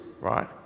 right